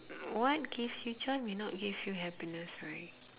what gives you joy may not give you happiness right